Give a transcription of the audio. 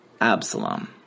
Absalom